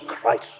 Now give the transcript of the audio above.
Christ